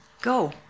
go